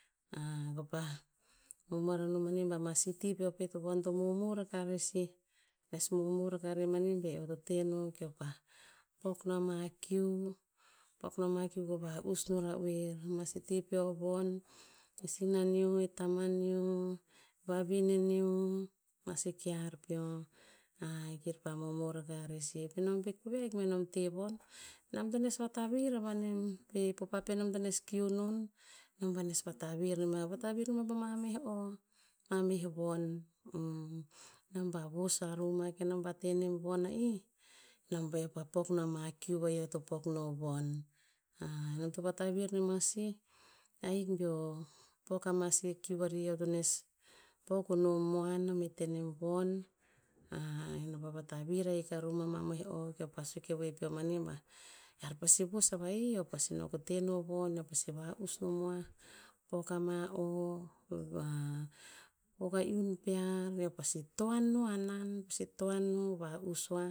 kopah momor ano manih bah amsi ti peo pet von to momor akah rer sih, nes momor aka rer manih ba e eo to te keo pah, pok no ama kiu, pok no ama kiu ko pa va'us no ra'er, masi ti peo von. E sinan neo, e taman neo, vavinen neo masi kear peo, kir pa momor akah rer sih, penom pet koveh ahik benom te nem von. Nom to nes vatavir avah nem. Pe popa penom to nes kiu non, nom pa nes vatavir nema, vatavir nema pama meh o, mameh von. Nom pa vos aru ma kenom pa te nem vona'ih, nom pa eh pok nem ama kiu va'ih eo to pok no von. nom to vatavir nema sih, ahik beo pok amasi kiu varih eoto nes pok ono moan, enom he tenem von. nom pa vatavir ahik aru ma mamoeh o, keo pa sue ke voe peo mnih bah, ear pasi vos ava'ih, eo pasi no ko te no von, eopasi va'us nomoah, pok ama o. Pok a iun pear, eo pasi toan no hanan, pasi toan no, va'us oah,